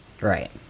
Right